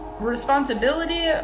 Responsibility